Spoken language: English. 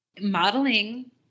modeling